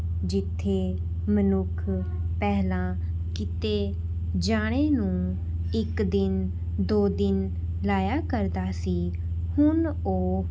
ਜਿੱਥੇ ਮਨੁੱਖ ਪਹਿਲਾਂ ਕਿਤੇ ਜਾਣ ਨੂੰ ਇੱਕ ਦਿਨ ਦੋ ਦਿਨ ਲਗਾਇਆ ਕਰਦਾ ਸੀ ਹੁਣ ਉਹ